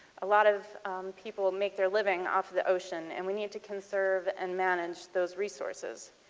a lot of people make their living off the ocean and we need to conserve and manage those resources.